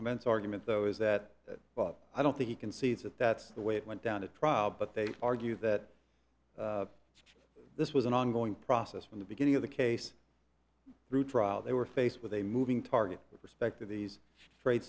clements argument though is that i don't think he concedes that that's the way it went down at trial but they argue that this was an ongoing process from the beginning of the case through trial they were faced with a moving target with respect to these trade